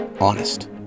honest